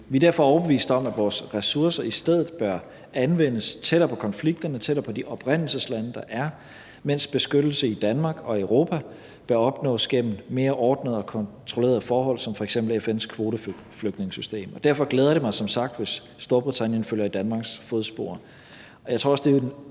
Vi er derfor overbevist om, at vores ressourcer i stedet bør anvendes tættere på konflikterne, tættere på de oprindelseslande, der er, mens beskyttelse i Danmark og Europa bør opnås gennem mere ordnede og kontrollerede forhold som f.eks. FN's kvoteflygtningesystem. Derfor glæder det mig som sagt, hvis Storbritannien følger i Danmarks fodspor.